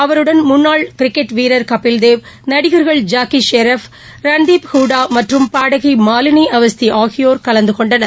அவருடன் முன்னாள் கிரிக்கெட் வீரர் கபில் தேவ் நடிகர்கள் ஜாக்கிஷெரஃப் ரன்தீப் ஹூடாமற்றும் பாடகிமாலினிஅவஸ்திஆகியோர் கலந்துகொண்டனர்